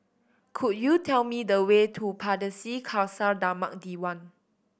could you tell me the way to Pardesi Khalsa Dharmak Diwan